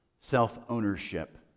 self-ownership